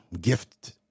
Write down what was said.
gift